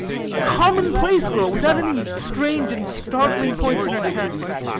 common-place girl without any strange and startling points in her character.